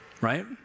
right